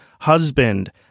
husband